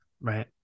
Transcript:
Right